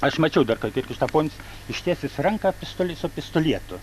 aš mačiau kad ir krištaponis ištiesęs ranką pistoli su pistolietu